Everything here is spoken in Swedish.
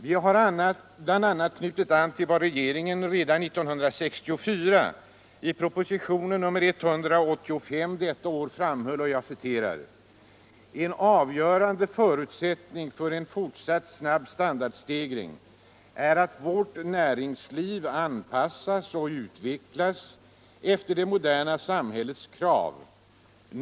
Vi har bl.a. knutit an till vad regeringen framhöll redan i propositionen 185 år 1964: ”En avgörande förutsättning för en fortsatt snabb standardstegring är att vårt näringsliv anpassas och utvecklas efter det moderna samhällets krav.